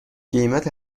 قیمت